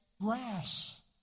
grass